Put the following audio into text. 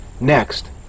Next